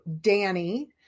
Danny